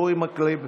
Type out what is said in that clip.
אורי מקלב,